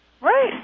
Right